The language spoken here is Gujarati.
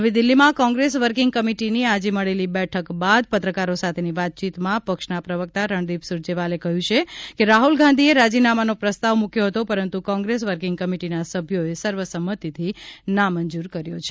નવી દિલ્હીમાં કોંગ્રેસ વર્કીંગ કમિટીની આજે મળેલી બેઠક બાદ પત્રકારો સાથેની વાતચીમાં પક્ષના પ્રવકતા રણદીપ સૂરજેવાલાએ કહ્યું છે કે રાહુલ ગાંધીએ રાજીનામાનો પ્રસ્તાવ મૂક્યો હતો પરંતુ કોંગ્રેસ વર્કીંગ કમિટિના સભ્યોએ સર્વસંમતિથી નામંજૂર કર્યો છે